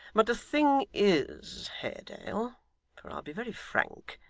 but the thing is, haredale for i'll be very frank,